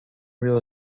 real